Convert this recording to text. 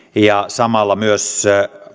ja samalla myös